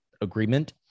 agreement